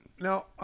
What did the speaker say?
Now